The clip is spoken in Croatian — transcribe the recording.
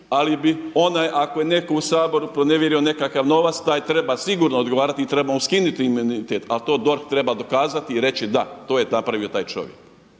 ali bi onaj ako je neko u Saboru pronevjerio nekakav novac taj treba sigurno odgovarati i treba mu skinuti imunitet, ali to DORH treba dokazati i reći da to je napravio taj čovjek,